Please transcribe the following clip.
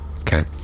Okay